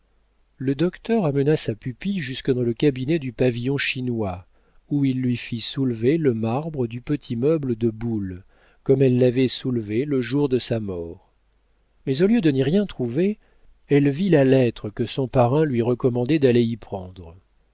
le docteur amena sa pupille jusque dans le cabinet du pavillon chinois où il lui fit soulever le marbre du petit meuble de boulle comme elle l'avait soulevé le jour de sa mort mais au lieu de n'y rien trouver elle vit la lettre que son parrain lui recommandait d'aller y prendre